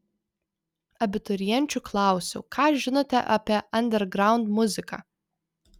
abiturienčių klausiau ką žinote apie andergraund muziką